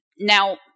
Now